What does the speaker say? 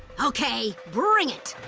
okay, bring it.